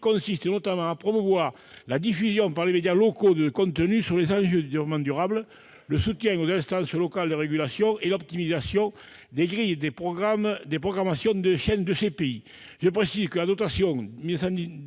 consistent notamment à promouvoir la diffusion par les médias locaux de contenus sur les enjeux du développement durable et à soutenir les instances locales de régulation et l'optimisation des grilles des programmations des chaînes de ces pays. Je précise que la dotation